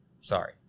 sorry